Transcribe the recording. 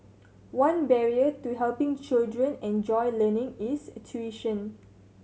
one barrier to helping children enjoy learning is tuition